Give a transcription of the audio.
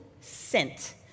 Scent